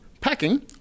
packing